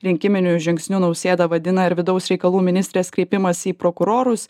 rinkiminiu žingsniu nausėda vadina ir vidaus reikalų ministrės kreipimąsi į prokurorus